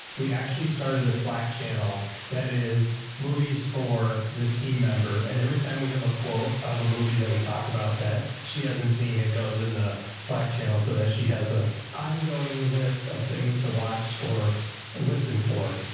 we actually started a slack channel that is movies for this team member and every time we have a quote of a movie that we talk about that she hasn't seen, it goes in the slack channel so that she has an ah ongoing list of things to watch or listen for.